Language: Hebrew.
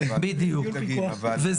ואז